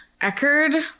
Eckerd